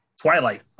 Twilight